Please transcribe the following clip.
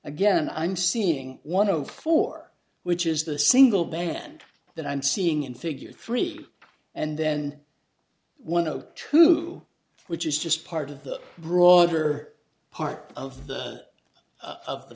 again i'm seeing one of four which is the single band that i'm seeing in figure three and then one zero two which is just part of the broader part of the of the